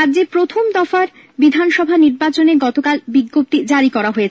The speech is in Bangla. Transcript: রাজ্যে প্রথম দফার বিধানসভা নির্বাচনে গতকাল বিজ্ঞপ্তি জারি করা হয়েছে